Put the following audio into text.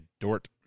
Dort